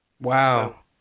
Wow